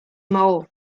maó